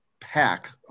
pack